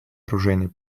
оружейной